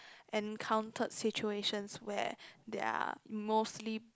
encountered situations where there are mostly